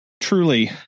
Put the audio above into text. truly